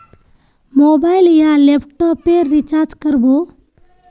Mobile या laptop पेर recharge कर बो?